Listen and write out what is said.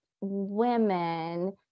women